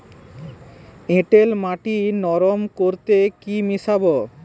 এঁটেল মাটি নরম করতে কি মিশাব?